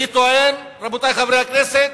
אני טוען, רבותי חברי הכנסת,